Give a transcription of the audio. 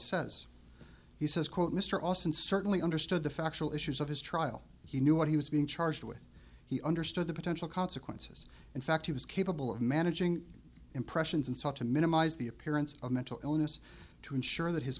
says he says quote mr olson certainly understood the factual issues of his trial he knew what he was being charged with he understood the potential consequences in fact he was capable of managing impressions and sought to minimize the appearance of mental illness to ensure that his